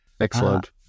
Excellent